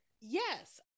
Yes